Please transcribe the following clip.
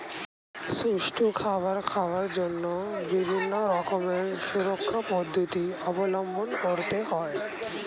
সুষ্ঠুভাবে খাবার খাওয়ার জন্য বিভিন্ন রকমের সুরক্ষা পদ্ধতি অবলম্বন করতে হয়